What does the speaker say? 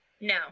No